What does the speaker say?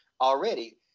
already